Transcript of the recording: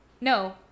No